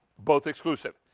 both exclusive.